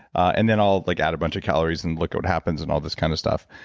and then i'll like add a bunch of calories, and look at what happens, and all this kind of stuff.